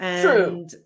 True